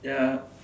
ya